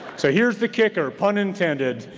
so here's the kicker, pun intended,